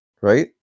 right